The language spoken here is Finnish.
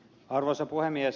arvoisa puhemies